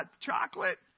chocolate